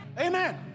Amen